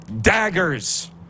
daggers